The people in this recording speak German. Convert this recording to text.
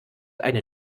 eine